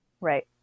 Right